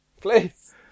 please